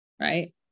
Right